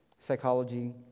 psychology